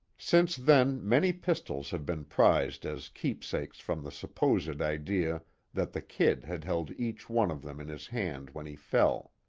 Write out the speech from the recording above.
since then many pistols have been prized as keepsakes from the supposed idea that the kid had held each one of them in his hand when he fell.